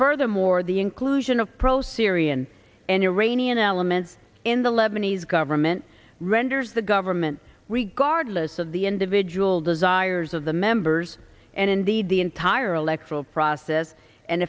furthermore the inclusion of pro syrian and iranian elements in the lebanese government renders the government regardless of the individual desires of the members and indeed the entire electoral process an